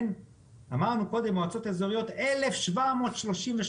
אמרנו קודם מועצות אזוריות, 1,738,